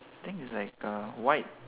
think it's like uh white